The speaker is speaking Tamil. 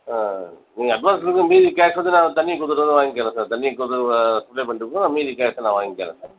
ஆ நீங்கள் அட்வான்ஸ் கொடுங்க மீதி கேஷ் வந்து நாங்கள் தண்ணியை கொடுத்துட்டு கூட வாங்கிக்கிறோம் சார் தண்ணியை கொடுத்துட்டு சப்ளை பண்ணிவிட்டு கூட நான் மீதி கேஷை நான் வாங்கிக்குறேன் சார்